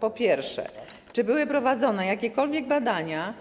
Po pierwsze, czy były prowadzone jakiekolwiek badania,